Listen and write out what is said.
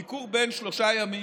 ביקור בן שלושה ימים.